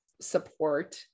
support